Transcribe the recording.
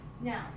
Now